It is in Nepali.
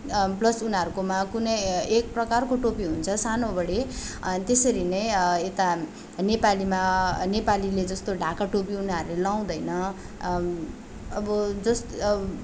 प्लस उनीहरीकोमा कुनै एकप्रकारको टोपी हुन्छ सानोबडे त्यसरी नै यता नेपालीमा नेपालीले जस्तो ढाका टोपी उनीहरूले लाउँदैन अब जस्तो अब्